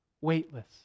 weightless